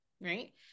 right